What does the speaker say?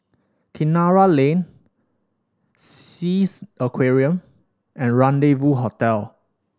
Kinara Lane Sea Aquarium and Rendezvous Hotel